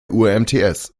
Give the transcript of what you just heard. umts